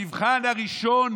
המבחן הראשון